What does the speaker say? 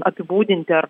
apibūdinti ar